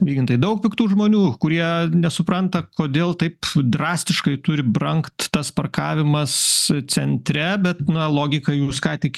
vygintai daug piktų žmonių kurie nesupranta kodėl taip drastiškai turi brangt tas parkavimas centre bet na logika jūs ką tik